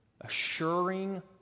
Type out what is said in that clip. assuring